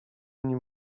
nim